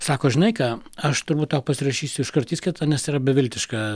sako žinai ką aš turbūt tau pasirašysiu iškart įskaitą nes tai yra beviltiška